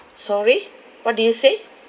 sorry what did you say